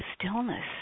stillness